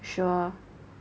sure